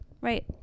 Right